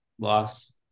Loss